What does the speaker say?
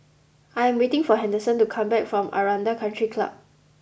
I am waiting for Henderson to come back from Aranda Country Club